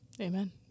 Amen